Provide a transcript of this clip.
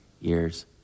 years